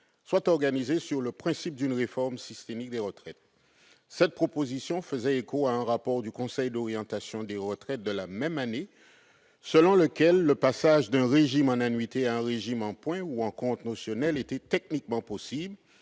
soit organisée sur le principe d'une réforme systémique des retraites. Cette proposition faisait écho à un rapport du Conseil d'orientation des retraites de la même année selon lequel le passage d'un régime en annuités à un régime en points ou en comptes notionnels était techniquement possible